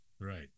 Right